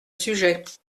sujet